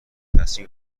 تصمیم